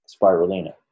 spirulina